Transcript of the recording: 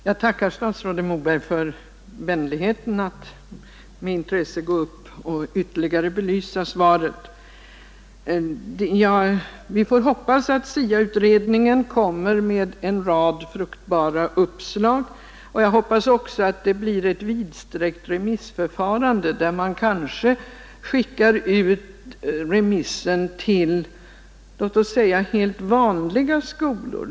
Herr talman! Jag tackar statsrådet Moberg för vänligheten att ytterligare belysa svaret. Vi får hoppas att SIA-utredningen kommer med en rad fruktbara uppslag, och jag hoppas också att det blir ett vidsträckt remissförfarande, där man kanske skickar ut remissen till låt oss säga helt vanliga skolor.